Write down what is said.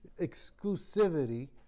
exclusivity